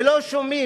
ולא שומעים.